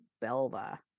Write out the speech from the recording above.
Belva